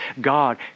God